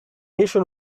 asian